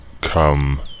Come